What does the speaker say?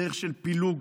דרך של פילוג,